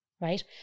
right